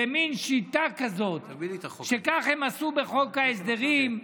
זאת מין שיטה כזאת, שכך הם עשו בחוק ההסדרים,